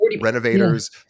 renovators